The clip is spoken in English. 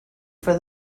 for